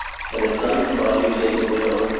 and at night, while he was at the mill,